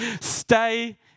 stay